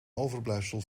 overblijfsel